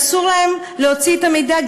שאסור להם להוציא את המידע,